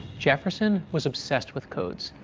jefferson was obsessed with codes.